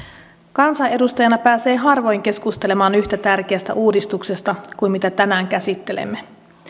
kansanedustajana pääsee harvoin keskustelemaan yhtä tärkeästä uudistuksesta kuin se mitä tänään käsittelemme